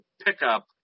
pickup